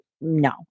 no